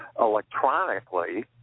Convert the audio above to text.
electronically